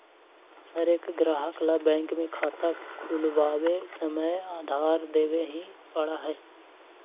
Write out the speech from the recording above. हर एक ग्राहक ला बैंक में खाता खुलवावे समय आधार देवे ही पड़ा हई